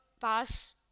pass